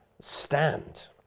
stand